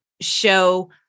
show